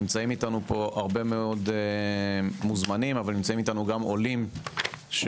נמצאים אתנו הרבה מאוד מוזמנים אבל נמצאים פה גם עולים חדשים,